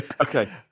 Okay